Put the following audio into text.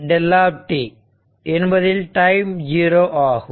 8 δ என்பதில் டைம் 0 ஆகும்